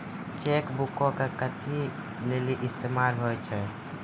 Cheque बुको के कथि लेली इस्तेमाल होय छै?